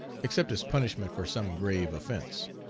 except as punishment for some grave offence.